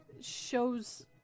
Shows